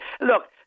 Look